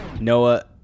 Noah